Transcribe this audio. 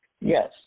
Yes